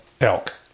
elk